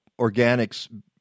organics